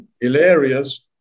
hilarious